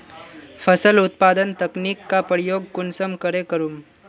फसल उत्पादन तकनीक का प्रयोग कुंसम करे करूम?